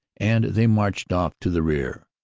and they marched off to the rear.